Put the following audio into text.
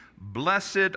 Blessed